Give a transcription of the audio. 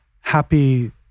happy